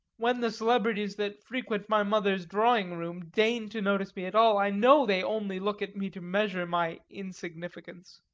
when the celebrities that frequent my mother's drawing-room deign to notice me at all, i know they only look at me to measure my insignificance